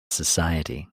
society